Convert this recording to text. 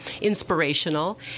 inspirational